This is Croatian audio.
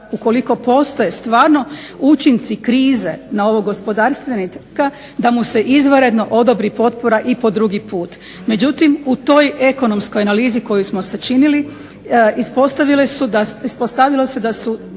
ukoliko postoje stvarno učinci krize na ovog gospodarstvenika da mu se izvanredno odobri potpora i po drugi put. Međutim, u toj ekonomskoj analizi koju smo sačinili ispostavilo se da su